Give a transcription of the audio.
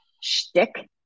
shtick